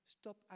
stop